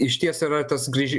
išties yra tas